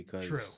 True